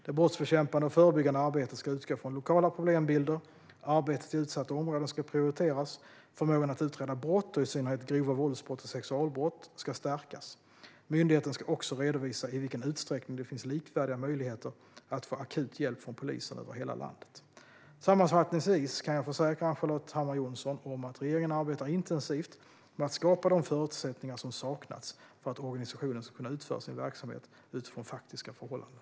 Det brottsbekämpande och förebyggande arbetet ska utgå från lokala problembilder, arbetet i utsatta områden ska prioriteras, förmågan att utreda brott, och i synnerhet grova våldsbrott och sexualbrott, ska stärkas. Myndigheten ska också redovisa i vilken utsträckning det finns likvärdiga möjligheter att få akut hjälp från polisen över hela landet. Sammanfattningsvis kan jag försäkra Ann-Charlotte Hammar Johnsson om att regeringen arbetar intensivt med att skapa de förutsättningar som saknats för att organisationen ska kunna utföra sin verksamhet utifrån faktiska förhållanden.